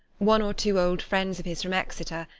one or two old friends of his from exeter,